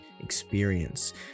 experience